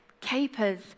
Capers